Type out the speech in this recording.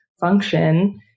function